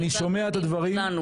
אני שומע את הדברים.